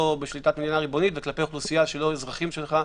בשליטת מדינה ריבונית וכלפי אוכלוסייה שהיא לא אזרחים שלך.